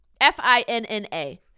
f-i-n-n-a